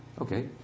okay